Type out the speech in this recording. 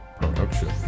production